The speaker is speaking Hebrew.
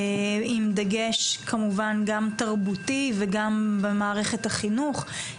עם דגש כמובן גם תרבותי, וגם במערכת החינוך.